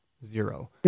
Zero